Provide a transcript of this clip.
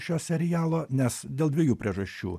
šio serialo nes dėl dviejų priežasčių